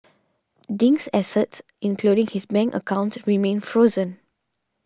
Ding's assets including his bank accounts remain frozen